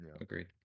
Agreed